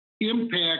impact